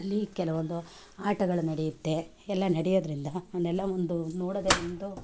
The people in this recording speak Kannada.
ಅಲ್ಲಿ ಕೆಲವೊಂದು ಆಟಗಳು ನಡೆಯತ್ತೆ ಎಲ್ಲ ನಡೆಯೋದ್ರಿಂದ ಅವನ್ನೆಲ್ಲ ಒಂದು ನೋಡೋದೆ ಒಂದು